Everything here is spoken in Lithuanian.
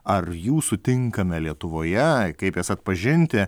ar jų sutinkame lietuvoje kaip jas atpažinti